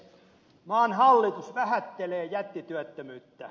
maan hallitus vähättelee jättityöttömyyttä